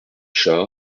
chemin